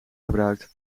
gebruikt